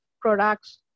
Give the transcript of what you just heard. products